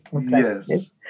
yes